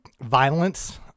violence